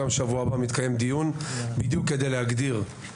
גם שבוע הבא מתקיים דיון בדיוק כדי להגדיר,